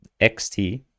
XT